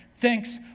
Thanks